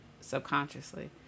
subconsciously